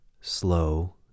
slow